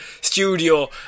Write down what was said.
studio